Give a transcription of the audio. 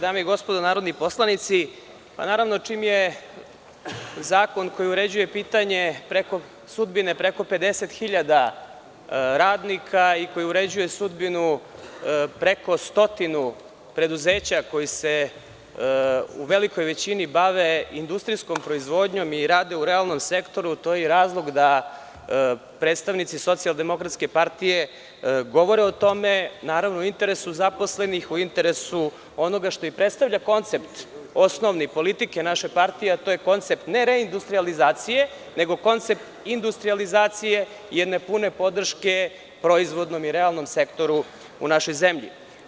Dame i gospodo narodni poslanici, čim je zakon koji uređuje pitanje preko sudbine 10 hiljada radnika i koji uređuje sudbinu preko stotinu preduzeća koja se u velikoj većini bave industrijskom proizvodnjom i rade u realnom sektoru, to je i razlog da predstavnici SDP govore o tome, u interesu zaposlenih, u interesu onoga što predstavlja koncept osnove politike naše partije, a to je koncept nereindustrijalizacije, nego koncept industrijalizacije i jedne pune podrške proizvoljnom i realnom sektoru u našoj zemlji.